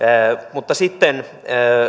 mutta sitten